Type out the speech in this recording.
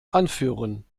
anführen